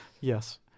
Yes